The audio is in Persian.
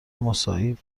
مساعی